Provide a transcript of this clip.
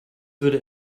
würde